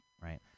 right